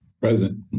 Present